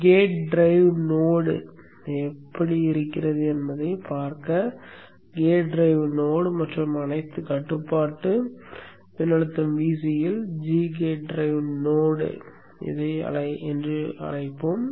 gate drive node எப்படி இருக்கிறது என்பதைப் பார்க்க கேட் டிரைவ் நோட் மற்றும் அனைத்து கட்டுப்பாட்டு மின்னழுத்தம் Vc இல் g கேட் டிரைவ் நோட் என அழைப்போம்